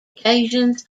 occasions